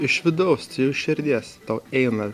iš vidaus tai iš širdies tau eina